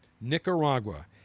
Nicaragua